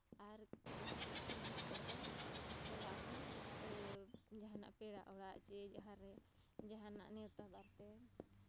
ᱟᱨ ᱡᱟᱦᱟᱸ ᱥᱮᱫ ᱠᱷᱚᱱ ᱦᱮᱡᱽ ᱠᱟᱛᱮᱫ ᱪᱟᱞᱟᱜ ᱦᱚᱸᱢ ᱡᱟᱦᱟᱸᱱᱟᱜ ᱯᱮᱲᱟ ᱚᱲᱟᱜ ᱪᱮ ᱡᱟᱦᱟᱸ ᱨᱮ ᱡᱟᱦᱟᱱᱟᱜ ᱱᱮᱣᱛᱟᱼᱵᱟᱨᱛᱮ